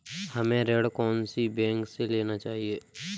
हमें ऋण कौन सी बैंक से लेना चाहिए?